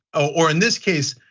or in this case,